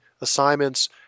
assignments